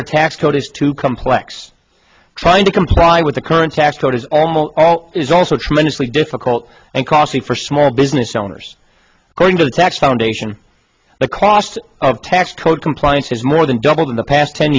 our tax code is too complex trying to comply with the current tax code is also tremendously difficult and costly for small business owners according to the tax foundation the cost of tax code compliance has more than doubled in the past ten